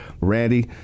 Randy